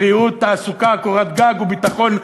בריאות, תעסוקה, קורת גג וביטחון לאזרחיה,